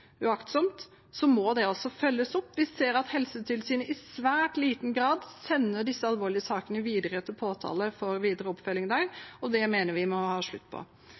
uaktsomt, må det følges opp. Vi ser at Helsetilsynet i svært liten grad sender disse alvorlige sakene videre til påtale for videre oppfølging. Det mener vi at det må bli slutt på.